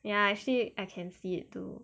ya actually I can see it too